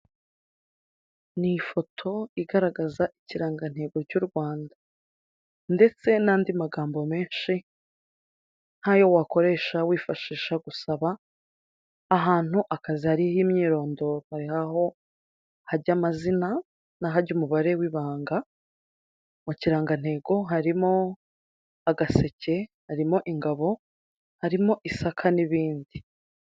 Ni ifoto igaragaza ikirangantego cy'u Rwanda ndetse n'andi magambo menshi nk'ayo wakoresha wifashisha gusaba ahantu akazi, hariho imyirondoro hari aho hajya amazina na hajya umubare w'ibanga, mu kirangantego harimo agaseke, harimo ingabo, harimo isaka n'ibindi.